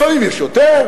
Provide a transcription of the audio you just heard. לפעמים יש יותר,